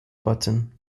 button